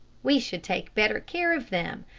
we should take better care of them,